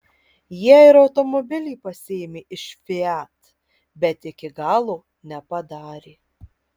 jie ir automobilį pasiėmė iš fiat bet iki galo nepadarė